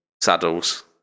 saddles